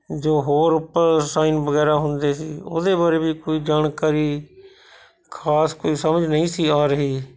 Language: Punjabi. ਜੋ ਹੋਰ ਉੱਪਰ ਸਾਈਨ ਵਗੈਰਾ ਹੁੰਦੇ ਸੀ ਉਹਦੇ ਬਾਰੇ ਵੀ ਕੋਈ ਜਾਣਕਾਰੀ ਖਾਸ ਕੋਈ ਸਮਝ ਨਹੀਂ ਸੀ ਆ ਰਹੀ